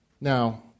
Now